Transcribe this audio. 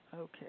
Okay